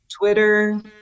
Twitter